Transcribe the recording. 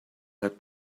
had